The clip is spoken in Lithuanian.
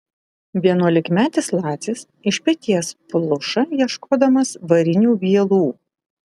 vienuolikmetis lacis iš peties pluša ieškodamas varinių vielų